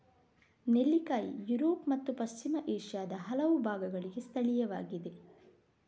ನೆಲ್ಲಿಕಾಯಿ ಯುರೋಪ್ ಮತ್ತು ಪಶ್ಚಿಮ ಏಷ್ಯಾದ ಹಲವು ಭಾಗಗಳಿಗೆ ಸ್ಥಳೀಯವಾಗಿದೆ